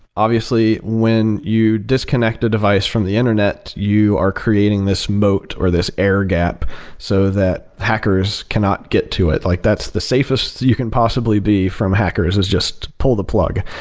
obviously, when you disconnect the device from the internet, you are creating this moat or this air gap so that hackers cannot get to it. like that's the safest you can possibly be from hackers, is just pull the plug.